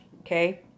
okay